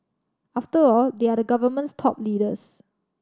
after all they are the government's top leaders